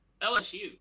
LSU